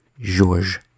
George